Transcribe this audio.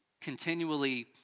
Continually